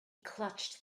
clutched